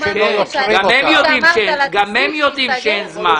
גם הם יודעים שאין זמן.